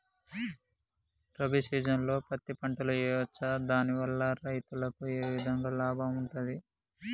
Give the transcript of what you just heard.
రబీ సీజన్లో పత్తి పంటలు వేయచ్చా దాని వల్ల రైతులకు ఏ విధంగా లాభం ఉంటది?